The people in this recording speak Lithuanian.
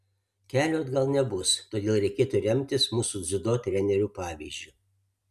kelio atgal nebus todėl reikėtų remtis mūsų dziudo trenerių pavyzdžiu